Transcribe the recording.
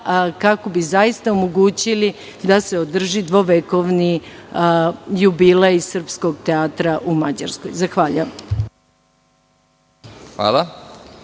kako bi zaista omogućili da se održi dvovekovni jubilej Srpskog teatra u Mađarskoj. Zahvaljujem.